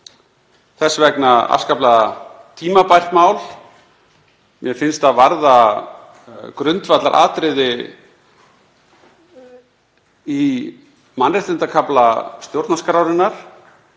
þetta vera afskaplega tímabært mál. Mér finnst það varða grundvallaratriði í mannréttindakafla stjórnarskrárinnar.